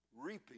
reaping